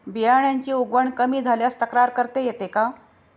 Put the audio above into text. बियाण्यांची उगवण कमी झाल्यास तक्रार करता येते का?